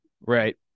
right